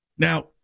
Now